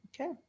Okay